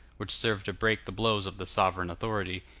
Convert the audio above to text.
which served to break the blows of the sovereign authority,